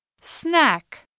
Snack